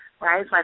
Right